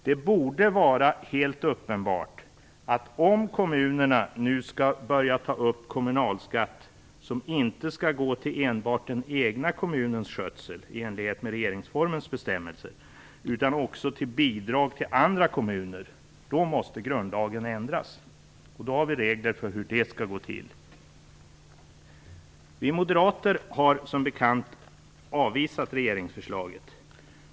Det borde vara helt uppenbart att om kommunerna nu skall börja ta upp kommunalskatt som inte skall gå till enbart den egna kommunens skötsel - i enlighet med regeringsformens bestämmelser - utan också till bidrag till andra kommuner, då måste grundlagen ändras. Och då har vi regler för hur detta skall gå till. Vi moderater har som bekant avvisat regeringsförslaget.